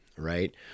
Right